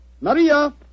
Maria